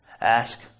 ask